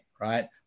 right